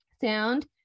sound